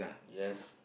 yes